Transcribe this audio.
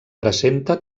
presenta